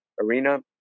arena